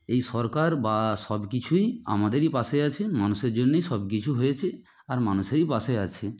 এই সরকার বা সবকিছুই আমাদেরই পাশে আছেন মানুষের জন্যই সবকিছু হয়েছে আর মানুষেরই পাশে আছে